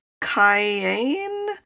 Cayenne